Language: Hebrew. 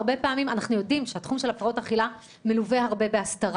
אנחנו יודעים שהרבה פעמים התחום של הפרעות אכילה מלווה בהסתרה,